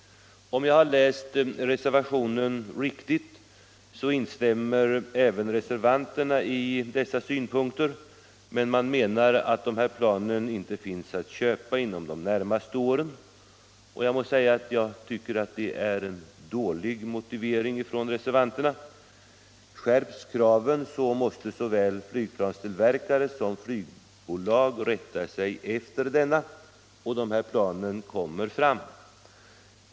Om jag har läst reservationen riktigt så instämmer även reservanterna i dessa synpunkter - men menar att dessa plan inte finns att köpa inom de närmaste åren. Jag måste säga att jag tycker att det är en dålig motivering för reservanternas förslag. Skärps kraven, måste såväl flygplanstillverkare som flygbolag rätta sig därefter, och de här planen kommer fram.